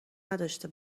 نداشته